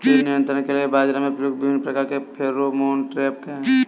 कीट नियंत्रण के लिए बाजरा में प्रयुक्त विभिन्न प्रकार के फेरोमोन ट्रैप क्या है?